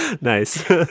Nice